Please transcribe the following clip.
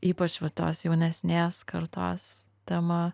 ypač va tos jaunesnės kartos tema